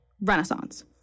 Renaissance